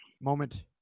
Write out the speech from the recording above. moment